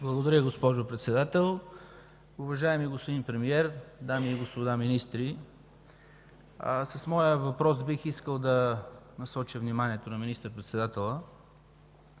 Благодаря, госпожо Председател. Уважаеми господин Премиер, дами и господа министри, с моя въпрос бих искал да насоча вниманието на министър-председателя